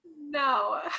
No